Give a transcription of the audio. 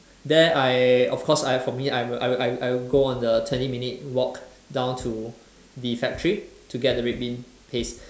there I of course I for me I will I will I will go on the twenty minute walk down to the factory to get the red bean paste